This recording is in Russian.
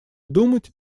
думать